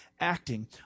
acting